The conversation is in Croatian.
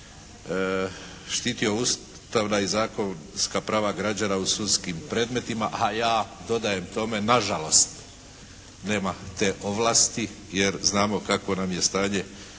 štitio ustavna i zakonska prava građana u sudskim predmetima a ja dodajem tome nažalost nema te ovlasti jer znamo kakvo nam je stanje